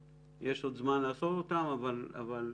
יש עוד זמן לעשות את חלקן אבל כולם